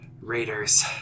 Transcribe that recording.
Raiders